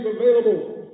available